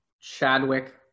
Chadwick